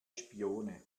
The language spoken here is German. spione